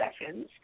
sessions